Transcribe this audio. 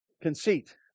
Conceit